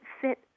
fit